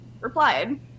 replied